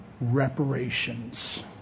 reparations